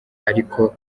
ariko